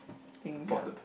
things lah